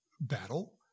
battle